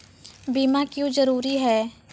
बीमा क्यों जरूरी हैं?